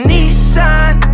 Nissan